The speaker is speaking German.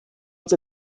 uns